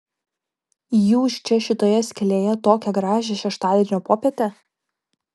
jūs čia šitoje skylėje tokią gražią šeštadienio popietę